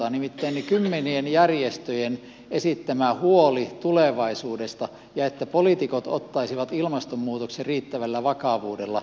nimittäin ilmastolaki vastaa kymmenien järjestöjen esittämään huoleen tulevaisuudesta ja siitä että poliitikot ottaisivat ilmastonmuutoksen riittävällä vakavuudella